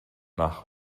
nach